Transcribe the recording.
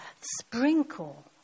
sprinkle